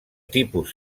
tipus